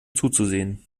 zuzusehen